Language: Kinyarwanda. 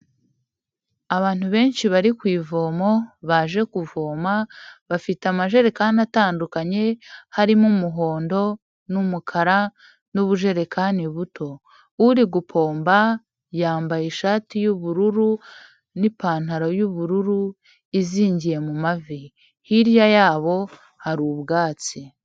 Abantu benshi bari ku ivomo baje kuvoma bafite amajerekani atandukanye, harimo umuhondo n'umukara n'ubujerekani buto. Uri gupomba yambaye ishati y'ubururu n'ipantaro y'ubururu izingiye mu mavi. Hirya yabo hari ubwatsi.